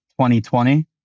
2020